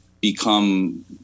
become